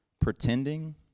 pretending